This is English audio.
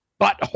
Butthole